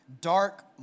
dark